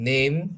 Name